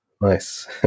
Nice